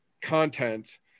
content